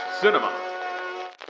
Cinema